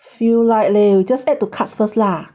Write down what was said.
few like leh you just add two carts first lah